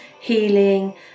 healing